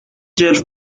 جلف